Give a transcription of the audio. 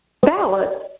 Ballot